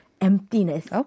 Emptiness